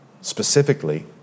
Specifically